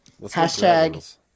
Hashtag